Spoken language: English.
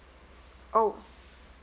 oh